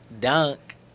dunk